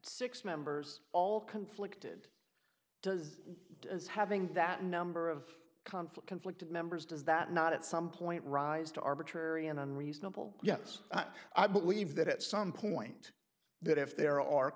six members all conflicted does it as having that number of conflict conflicted members does that not at some point rise to arbitrary and unreasonable yes i believe that at some point that if there are